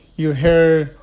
your hair,